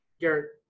garrett